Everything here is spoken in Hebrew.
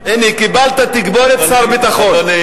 הנה, קיבלת תגבורת, שר הביטחון.